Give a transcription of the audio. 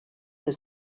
her